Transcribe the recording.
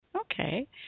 Okay